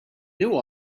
knew